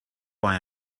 why